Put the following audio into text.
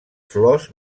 flors